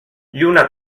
lluna